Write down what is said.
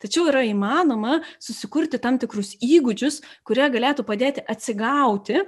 tačiau yra įmanoma susikurti tam tikrus įgūdžius kurie galėtų padėti atsigauti